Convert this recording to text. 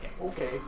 Okay